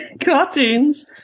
cartoons